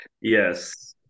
Yes